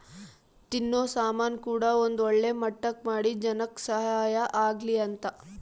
ತಿನ್ನೋ ಸಾಮನ್ ಕೂಡ ಒಂದ್ ಒಳ್ಳೆ ಮಟ್ಟಕ್ ಮಾಡಿ ಜನಕ್ ಸಹಾಯ ಆಗ್ಲಿ ಅಂತ